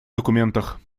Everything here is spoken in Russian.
документах